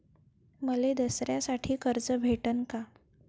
मले दसऱ्यासाठी कर्ज भेटन का?